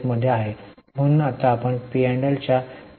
म्हणून आता आपण पी आणि एल च्या सर्व आयटम चिन्हांकित केल्या आहेत